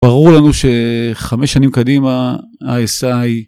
ברור לנו שחמש שנים קדימה ה-SI...